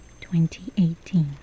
2018